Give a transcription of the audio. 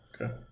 Okay